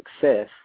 success